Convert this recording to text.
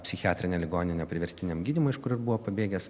psichiatrinę ligoninę priverstiniam gydymui iš kur ir buvo pabėgęs